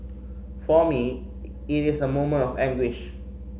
for me it is a moment of anguish